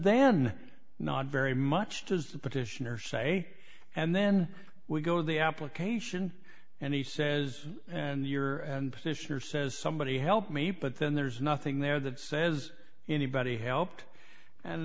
then not very much to the petitioner say and then we go the application and he says and you're and petitioner says somebody help me but then there's nothing there that says anybody helped and